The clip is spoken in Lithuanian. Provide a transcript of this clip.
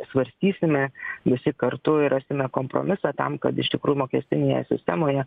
svarstysime visi kartu ir rasime kompromisą tam kad iš tikrųjų mokestinėje sistemoje